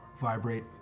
vibrate